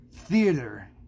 theater